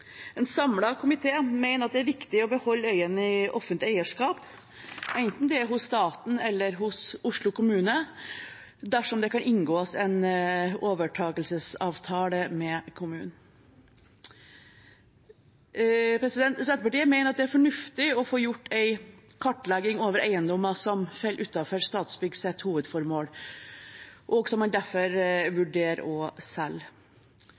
En samlet komité mener at det er viktig å beholde øyene i offentlig eierskap, enten det er hos staten eller hos Oslo kommune, dersom det kan inngås en overtakelsesavtale med kommunen. Senterpartiet mener at det er fornuftig å få gjort en kartlegging over eiendommer som faller utenfor Statsbyggs hovedformål, og som man derfor